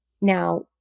Now